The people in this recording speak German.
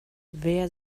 wer